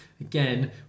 again